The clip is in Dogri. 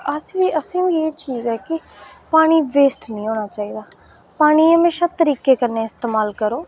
अस बी असें ई बी एह् चीज ऐ कि पानी वेस्ट निं होना चाहिदा पानी म्हेशां तरीके कन्नै इस्तेमाल करो